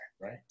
right